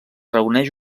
reuneix